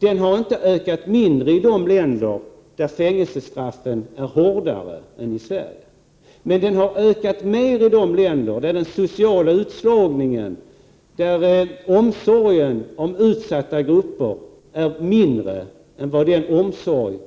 Den har inte ökat mindre i de länder där fängelsestraffen är hårdare än i Sverige. Men den har ökat mer i de länder där den sociala utslagningen är större, där omsorgen om utsatta grupper är mindre, där man gör mindre insatser än